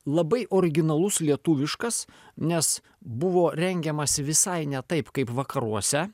labai originalus lietuviškas nes buvo rengiamasi visai ne taip kaip vakaruose